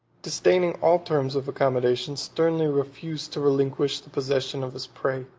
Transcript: disdaining all terms of accommodation, sternly refused to relinquish the possession of his prey.